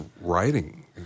writing